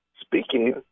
speaking